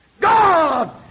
God